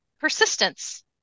Persistence